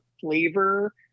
flavor